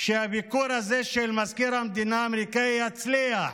שהביקור הזה של מזכיר המדינה האמריקאי יצליח